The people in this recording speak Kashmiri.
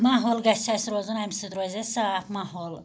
ماحول گَژھِ اَسہِ روزُن امہِ سۭتۍ روزِ اَسہِ صاف ماحول